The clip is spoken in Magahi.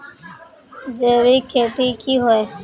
जैविक खेती की होय?